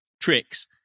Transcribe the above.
tricks